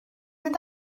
mynd